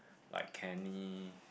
like Kenny